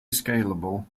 scalable